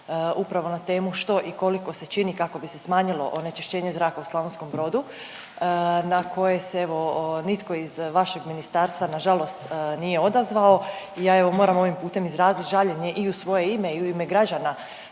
upravo na temu što i koliko se čini kako bi se smanjilo onečišćenje zraka u Slavonskom Brodu na koje se evo nitko iz vašeg ministarstva na žalost, nije odazvao. Ja evo moram ovim putem izrazit žaljenje i u svoje ime i u ime građana